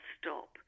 stop